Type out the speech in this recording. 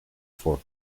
ford